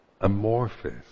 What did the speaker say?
amorphous